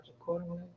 accordingly